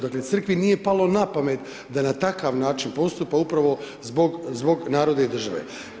Dakle, crkvi nije palo napamet da na takav način postupa upravo zbog, zbog naroda i države.